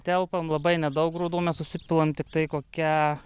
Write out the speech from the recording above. telpam labai nedaug grūdų mes užsipilam tiktai kokią